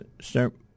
start